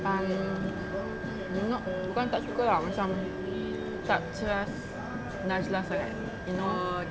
um not bukan tak suka ah macam tak trust najlah sangat you know